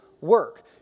work